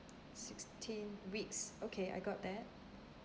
sixteen weeks okay I got that